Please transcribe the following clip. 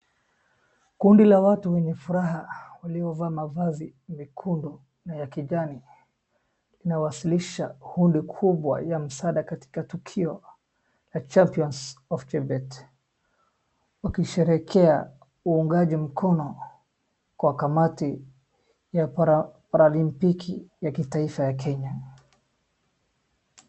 Kundi la watu wenye furaha waliovaa mavazi mekundu na ya kijani inawasilisha hudi kubwa la msaada katika tukio la Champions of Chebet. Wakisherehekea uungaji mkono kwa kamati ya para-lympiki ya kitaifa ya Kenya.